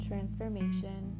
Transformation